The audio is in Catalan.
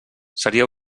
seria